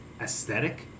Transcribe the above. aesthetic